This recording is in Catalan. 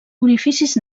orificis